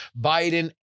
Biden